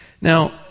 Now